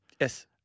Yes